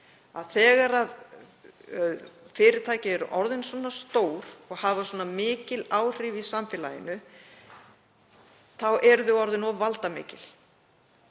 þegar fyrirtæki eru orðin svona stór og hafa svona mikil áhrif í samfélaginu þá eru þau orðin of valdamikil.